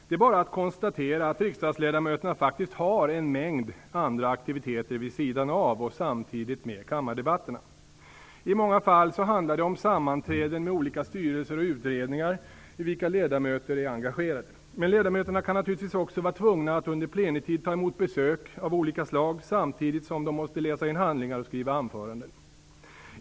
Det är bara att konstatera att riksdagsledamöterna faktiskt har en mängd andra aktiviteter vid sidan av och samtidigt med kammardebatterna. I många fall handlar det om sammanträden med olika styrelser och utredningar i vilka ledamöter är engagerade. Men ledamöterna kan naturligtvis också vara tvungna att under plenitid ta emot besök av olika slag samtidigt som de måste läsa in handlingar och skriva anföranden.